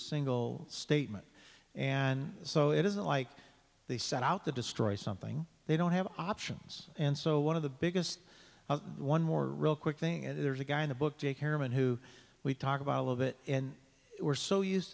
single statement and so it isn't like they set out to destroy something they don't have options and so one of the biggest one more real quick thing and there's a guy in the book daycare man who we talk about all of it and we're so used